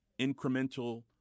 incremental